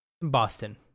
Boston